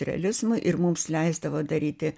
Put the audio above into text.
realizmui ir mums leisdavo daryti